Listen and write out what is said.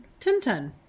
Tintin